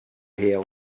hill